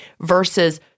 versus